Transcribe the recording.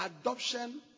adoption